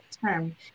term